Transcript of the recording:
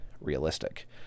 realistic